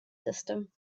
system